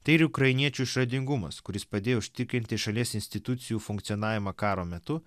tai ir ukrainiečių išradingumas kuris padėjo užtikrinti šalies institucijų funkcionavimą karo metu